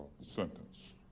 sentence